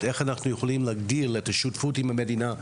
איך אנחנו יכולים להגדיל את השותפות עם המדינה,